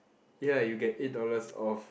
ya you get eight dollars off